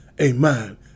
Amen